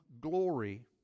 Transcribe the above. glory